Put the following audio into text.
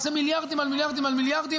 ופה מישהו שלא ידענו.